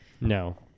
No